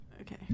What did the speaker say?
Okay